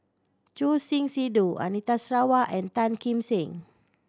Choor Singh Sidhu Anita Sarawak and Tan Kim Seng